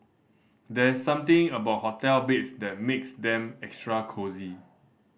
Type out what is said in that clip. there's something about hotel beds that makes them extra cosy